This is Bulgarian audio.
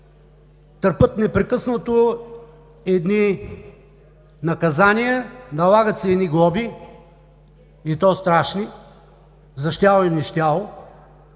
търпят непрекъснато едни наказания, налагат се едни глоби, и то страшни, за щяло и нещяло